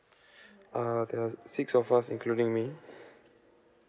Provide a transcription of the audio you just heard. uh there're six of us including me